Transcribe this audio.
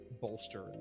bolster